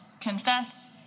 confess